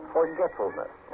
Forgetfulness